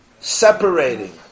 separating